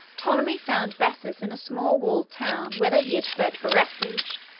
ptolemy found bessus in a small walled town whither he had fled for refuge,